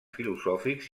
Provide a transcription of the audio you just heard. filosòfics